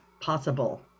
possible